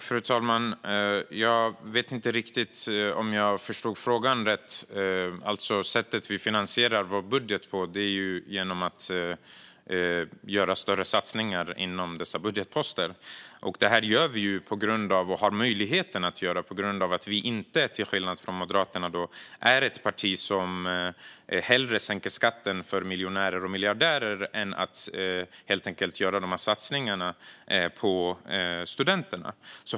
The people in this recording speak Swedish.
Fru talman! Jag vet inte riktigt om jag förstod frågan rätt. När det gäller det sätt vi finansierar vår budget på är det genom att göra större satsningar inom dessa budgetposter. Detta har vi möjlighet att göra eftersom vi inte, till skillnad från Moderaterna, är ett parti som hellre sänker skatten för miljonärer och miljardärer än gör dessa satsningar på studenter.